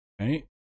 Right